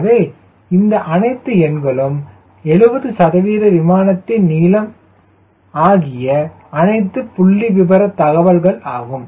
எனவே இந்த அனைத்து எண்களும் 70 சதவீத விமானத்தின் நீளம் ஆகிய அனைத்தும் புள்ளிவிபர தகவல்கள் ஆகும்